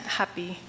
happy